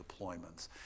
deployments